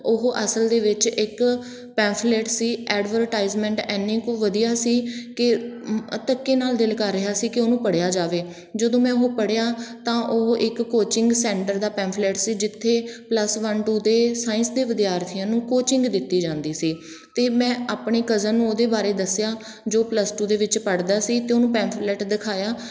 ਉਹ ਅਸਲ ਦੇ ਵਿੱਚ ਇੱਕ ਪੈਫਲੇਟ ਸੀ ਐਡਵਰਟਾਈਜ਼ਮੈਂਟ ਇੰਨੀ ਕੁ ਵਧੀਆ ਸੀ ਕਿ ਧੱਕੇ ਨਾਲ ਦਿਲ ਕਰ ਰਿਹਾ ਸੀ ਕਿ ਉਹਨੂੰ ਪੜ੍ਹਿਆ ਜਾਵੇ ਜਦੋਂ ਮੈਂ ਉਹ ਪੜ੍ਹਿਆ ਤਾਂ ਉਹ ਇੱਕ ਕੋਚਿੰਗ ਸੈਂਟਰ ਦਾ ਪੈਫਲੇਟ ਸੀ ਜਿੱਥੇ ਪਲੱਸ ਵੰਨ ਟੂ ਦੇ ਸਾਇੰਸ ਦੇ ਵਿਦਿਆਰਥੀਆਂ ਨੂੰ ਕੋਚਿੰਗ ਦਿੱਤੀ ਜਾਂਦੀ ਸੀ ਅਤੇ ਮੈਂ ਆਪਣੇ ਕਜ਼ਨ ਨੂੰ ਉਹਦੇ ਬਾਰੇ ਦੱਸਿਆ ਜੋ ਪਲੱਸ ਟੂ ਦੇ ਵਿੱਚ ਪੜ੍ਹਦਾ ਸੀ ਅਤੇ ਉਹਨੂੰ ਪੈਫਲੇਟ ਦਿਖਾਇਆ